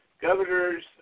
governors